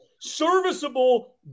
serviceable